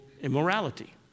immorality